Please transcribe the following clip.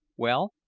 well,